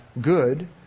good